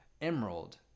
emerald